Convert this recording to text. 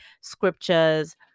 scriptures